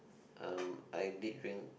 um I did drink